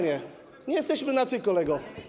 Nie jesteśmy na ty, kolego.